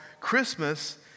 Christmas